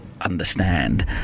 understand